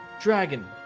dragon